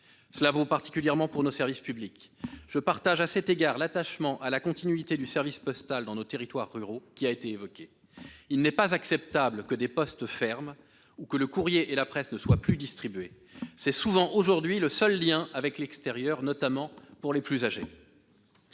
cela vaut particulièrement pour nos services publics. Je partage à cet égard l'attachement à la continuité du service postal dans nos territoires ruraux qu'a exprimé Mme Guidez. Il n'est pas acceptable que des bureaux de poste ferment ou que le courrier et la presse ne soient plus distribués ; ce sont souvent, aujourd'hui, les seuls liens avec l'extérieur, notamment pour les plus âgés.